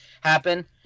happen